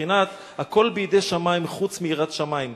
בבחינת הכול בידי שמים חוץ מיראת שמים.